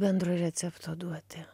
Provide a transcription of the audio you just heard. bendro recepto duoti